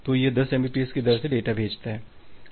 तो यह 10 एमबीपीएस की दर से डेटा भेजता है